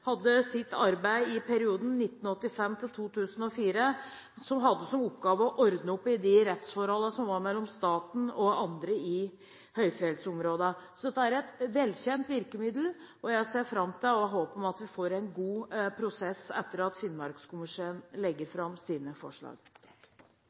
hadde sitt arbeid i perioden 1985–2004. Den hadde som oppgave å ordne opp i rettsforholdene mellom staten og andre i høyfjellsområdene. Så dette er et velkjent virkemiddel, og jeg ser fram til og har håp om at vi får en god prosess etter at Finnmarkskommisjonen legger